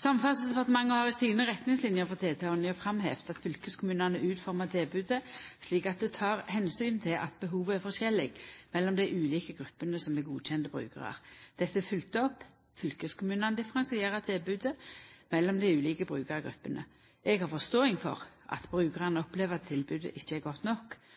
Samferdselsdepartementet har i sine retningslinjer for TT-ordninga framheva at fylkeskommunane utformar tilbodet slik at det tek omsyn til at behovet er forskjellig mellom dei ulike gruppene som er godkjende brukarar. Dette er følgt opp, og fylkeskommunane differensierer tilbodet mellom dei ulike brukargruppene. Eg har forståing for at brukarane opplever at tilbodet ikkje er godt nok.